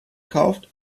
kauft